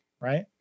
right